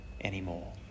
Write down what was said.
anymore